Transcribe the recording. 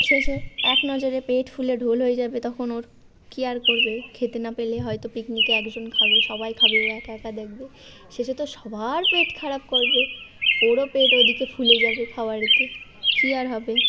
শেষে এক নজরে পেট ফুলে ঢোল হয়ে যাবে তখন ওর কী আর করবে খেতে না পেলে হয়তো পিকনিকে একজন খাবে সবাই খাবে ও একা একা দেখবে শেষে তো সবার পেট খারাপ করবে ওরও পেট ওদিকে ফুলে যাবে খাওয়ার এতে কী আর হবে